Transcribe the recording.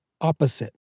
opposite